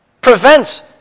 prevents